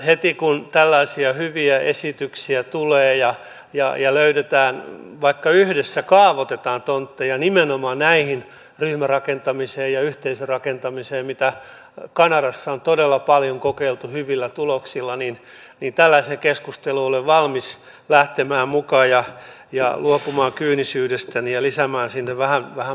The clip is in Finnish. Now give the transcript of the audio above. heti kun tällaisia hyviä esityksiä tulee ja löydetään vaikka yhdessä kaavoitetaan tontteja nimenomaan näihin ryhmärakentamiseen ja yhteisörakentamiseen mitä kanadassa on todella paljon kokeiltu hyvillä tuloksilla niin tällaiseen keskusteluun olen valmis lähtemään mukaan ja luopumaan kyynisyydestäni ja lisäämään sinne vähän positiivisia piiruja